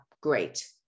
great